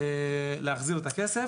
להחזיר את הכסף.